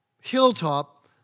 hilltop